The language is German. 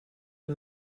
der